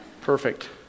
Perfect